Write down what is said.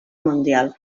mundial